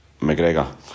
McGregor